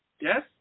Yes